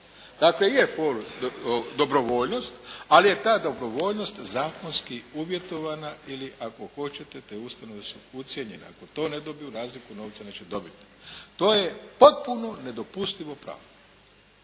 razumije./… dobrovoljnost, ali je ta dobrovoljnost zakonski uvjetovana ili ako hoćete te ustanove su ucijenjene. Ako to ne dobiju, razliku novca neće dobiti. To je potpuno nedopustivo pravno.